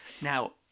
Now